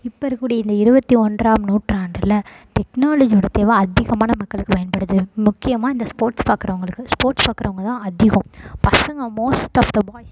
இப்போ இருக்கக்கூடிய இந்த இருபத்தி ஒன்றாம் நூற்றாண்டில் டெக்னாலஜியோடய தேவை அதிகமான மக்களுக்குப் பயன்படுது முக்கியமாக இந்த ஸ்போர்ட்ஸ் பார்க்கறவங்களுக்கு ஸ்போர்ட்ஸ் பார்க்கறவங்க தான் அதிகம் பசங்க மோஸ்ட் ஆஃப் த பாய்ஸ்